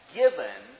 given